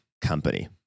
company